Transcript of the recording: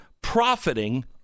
profiting